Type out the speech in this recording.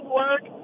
work